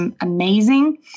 amazing